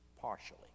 partially